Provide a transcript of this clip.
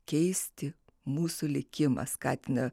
keisti mūsų likimą skatina